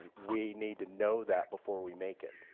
we need to know that before we make it.